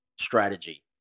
strategy